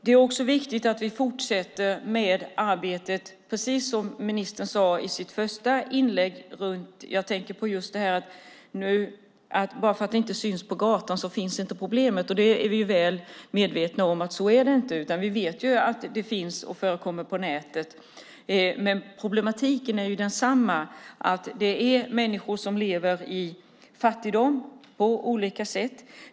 Det är också viktigt att vi fortsätter med det här arbetet. Precis som ministern sade i sitt första inlägg handlar det inte om att bara för att problemet inte syns på gatan skulle problemet inte finnas. Vi är väl medvetna om att det inte är så. Vi vet att prostitution finns och förekommer på nätet. Problemet är detsamma. Det är fråga om människor som lever i fattigdom på olika sätt.